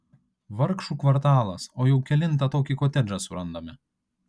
vargšų kvartalas o jau kelintą tokį kotedžą surandame